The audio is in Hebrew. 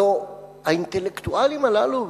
הלוא האינטלקטואלים הללו,